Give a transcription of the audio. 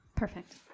perfect